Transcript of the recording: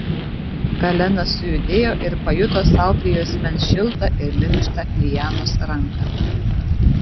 kalenas sujudėjo ir pajuto sau prie juosmens šiltą ir minkštą lianos ranką